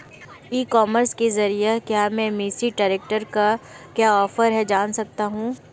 ई commerce के ज़रिए क्या मैं मेसी ट्रैक्टर का क्या ऑफर है जान सकता हूँ?